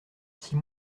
six